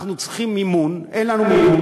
אנחנו צריכים מימון, אין לנו מימון.